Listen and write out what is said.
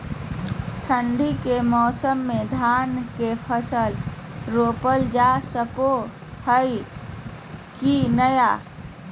ठंडी के मौसम में धान के फसल रोपल जा सको है कि नय?